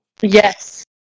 Yes